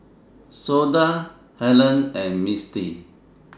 Shonda Hellen and Mistie